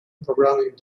programming